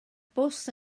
bws